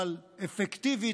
אבל אפקטיבית,